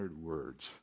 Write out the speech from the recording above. words